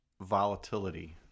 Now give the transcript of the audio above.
Volatility